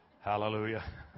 Hallelujah